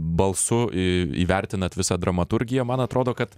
balsu įvertinant visą dramaturgiją man atrodo kad